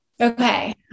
Okay